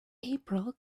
april